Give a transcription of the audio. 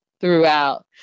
throughout